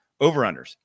over-unders